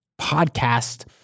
podcast